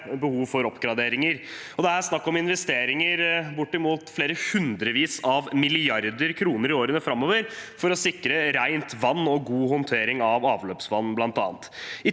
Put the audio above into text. behov for oppgraderinger, og det er bl.a. snakk om investeringer for bortimot flere hundrevis av milliarder kroner i årene framover for å sikre rent vann og god håndtering av avløpsvann. I tillegg